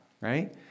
right